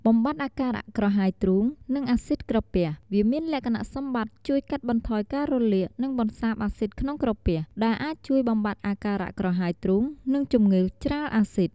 បំបាត់អាការៈក្រហាយទ្រូង និងអាស៊ីតក្រពះ វាមានលក្ខណៈសម្បត្តិជួយកាត់បន្ថយការរលាក និងបន្សាបអាស៊ីតក្នុងក្រពះ ដែលអាចជួយបំបាត់អាការៈក្រហាយទ្រូង និងជំងឺច្រាលអាស៊ីត ។